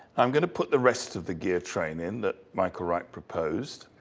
i'm gonna put the rest of the gear train in, that michael wright proposed.